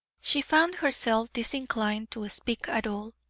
she found herself disinclined to speak at all,